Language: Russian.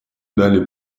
далее